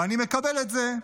ואני מקבל את זה,